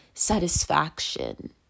satisfaction